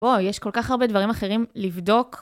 בואו, יש כל כך הרבה דברים אחרים לבדוק.